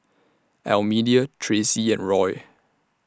Almedia Traci and Roy